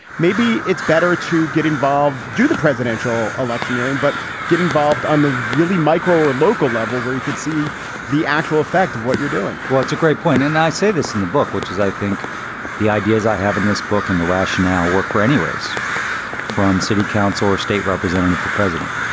maybe it's better to get involved, do the presidential electioneering, but get involved on the really micro or local level where you could see the actual effect of what you're doing? well, it's a great point. and i say this in the book, which is i think the ideas i have in this book and the rationale work for any race from city council or state representative to president.